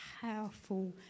powerful